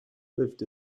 lived